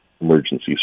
emergency